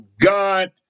God